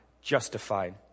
justified